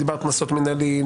דיברת קנסות מנהליים.